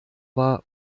war